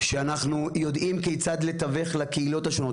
שאנחנו יודעים כיצד לתווך לקהילות השונות.